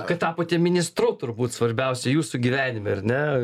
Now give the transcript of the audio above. kad tapote ministru turbūt svarbiausia jūsų gyvenime ar ne